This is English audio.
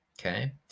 okay